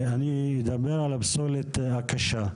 אני אדבר על הפסולת הקשה.